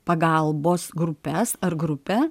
pagalbos grupes ar grupę